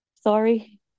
Sorry